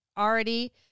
Already